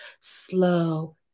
slow